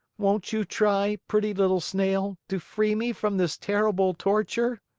won't you try, pretty little snail, to free me from this terrible torture?